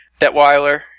Detweiler